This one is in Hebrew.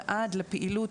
ועד לפעילות